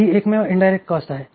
ही एकमेव indirect cost आहे